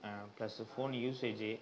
plus phone usage